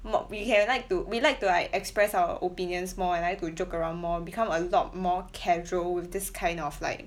mor~ we can like to we like to like express our opinions more and like to joke around more become a lot more casual with this kind of like